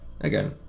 again